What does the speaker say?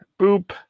Boop